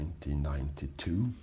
1992